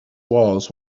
walls